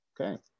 okay